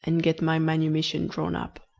and get my manumission drawn up.